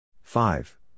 five